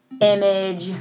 image